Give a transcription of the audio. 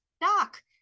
Doc